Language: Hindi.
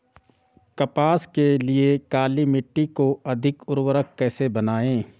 कपास के लिए काली मिट्टी को अधिक उर्वरक कैसे बनायें?